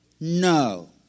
No